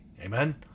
Amen